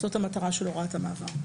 זוהי המטרה של הוראת המעבר.